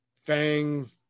Fang